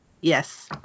Yes